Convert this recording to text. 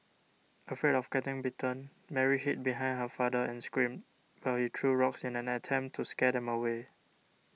afraid of getting bitten Mary hid behind her father and screamed while he threw rocks in an attempt to scare them away